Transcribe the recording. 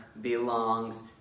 belongs